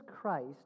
Christ